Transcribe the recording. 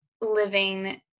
living